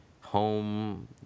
home